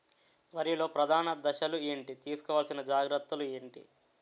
వరిలో ప్రధాన దశలు ఏంటి? తీసుకోవాల్సిన జాగ్రత్తలు ఏంటి?